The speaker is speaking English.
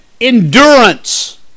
endurance